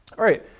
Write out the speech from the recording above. all right,